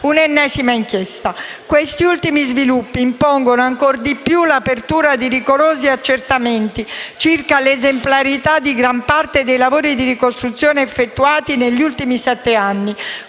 l'ennesima inchiesta. Questi ultimi sviluppi impongono ancor di più l'apertura di rigorosi accertamenti circa l'esemplarità di gran parte dei lavori di ricostruzione effettuati negli ultimi sette anni